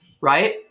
right